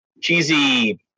cheesy